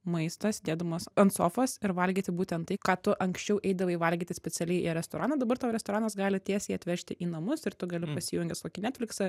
maistą sėdėdamas ant sofos ir valgyti būtent tai ką tu anksčiau eidavai valgyti specialiai į restoraną dabar tau restoranas gali tiesiai atvežti į namus ir tu gali pasijungęs kokį netfliksą